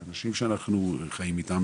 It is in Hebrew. אלה אנשי שאנחנו חיים איתם,